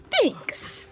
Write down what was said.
Thanks